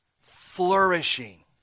flourishing